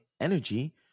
energy